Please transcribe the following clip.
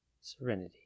serenity